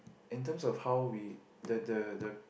in terms of how we the the the